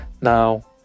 Now